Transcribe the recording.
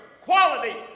quality